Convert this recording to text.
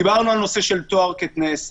דיברנו על הנושא של תואר כתנאי סף,